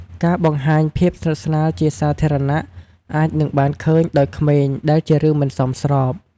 ការបង្ហាញភាពស្និទ្ធស្នាលជាសាធារណៈអាចនឹងបានឃើញដោយក្មេងដែលជារឿងមិនសមស្រប។